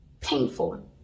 painful